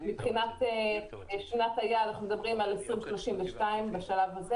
שנת היעד היא 2032 בשלב הזה